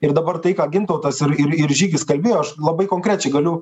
ir dabar tai ką gintautas ir ir ir žygis kalbėjo aš labai konkrečiai galiu